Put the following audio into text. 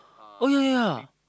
oh ya ya ya